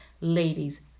ladies